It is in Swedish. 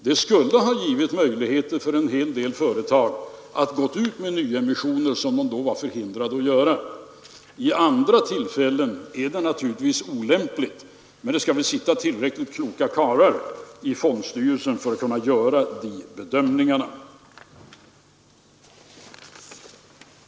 Det skulle ha givit möjligheter för en hel del företag att gå ut med nyemissioner, som de under dessa år varit förhindrade att göra. Vid andra tillfällen är det naturligtvis olämpligt, men det skall väl sitta tillräckligt kloka karlar i fondstyrelserna för att kunna göra de rätta bedömningarna.